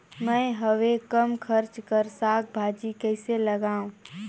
मैं हवे कम खर्च कर साग भाजी कइसे लगाव?